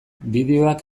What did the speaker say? bideoak